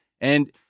And-